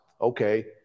Okay